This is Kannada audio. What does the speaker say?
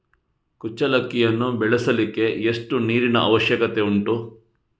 ಕುಚ್ಚಲಕ್ಕಿಯನ್ನು ಬೆಳೆಸಲಿಕ್ಕೆ ಎಷ್ಟು ನೀರಿನ ಅವಶ್ಯಕತೆ ಉಂಟು?